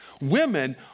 Women